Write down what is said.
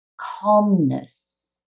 calmness